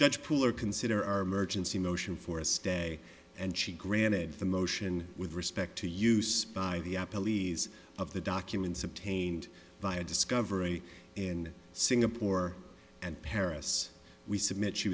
judge pooler consider our emergency motion for a stay and she granted the motion with respect to use of the documents obtained by a discovery in singapore and paris we submit she